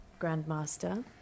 Grandmaster